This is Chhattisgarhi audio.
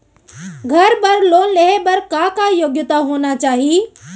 घर बर लोन लेहे बर का का योग्यता होना चाही?